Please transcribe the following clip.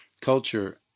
culture